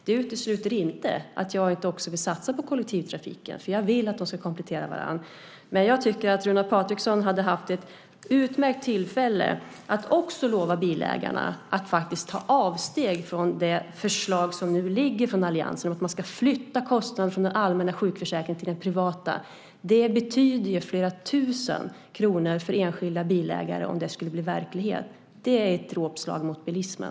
Det innebär inte att jag inte också vill satsa på kollektivtrafiken. Jag vill att de ska komplettera varandra. Men jag tycker att Runar Patriksson hade haft ett utmärkt tillfälle att också lova bilägarna att ta avstånd från det förslag som alliansen har lagt fram om att man ska flytta kostnaderna från den allmänna sjukförsäkringen till en privat. Det betyder flera tusen kronor för enskilda bilägare om det skulle bli verklighet. Det är ett dråpslag mot bilismen.